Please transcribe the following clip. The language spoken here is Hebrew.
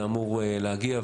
זה אמור להגיע.